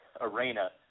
Arena